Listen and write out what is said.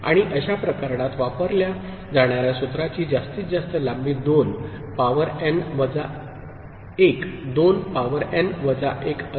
आणि अशा प्रकरणात वापरल्या जाणार्या सूत्राची जास्तीत जास्त लांबी 2 पॉवर एन वजा 1 2 पॉवर एन वजा 1 असेल